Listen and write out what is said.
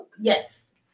yes